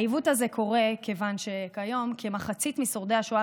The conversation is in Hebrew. העיוות הזה קורה כיוון שכיום כמחצית משורדי השואה